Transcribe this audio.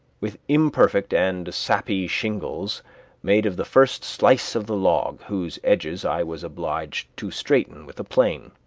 with imperfect and sappy shingles made of the first slice of the log, whose edges i was obliged to straighten with a plane.